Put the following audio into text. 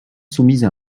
soumises